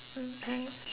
okay